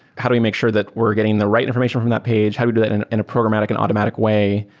how do we make sure that we're getting the right information from that page? how do we do that in in a programmatic and automatic way?